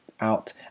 out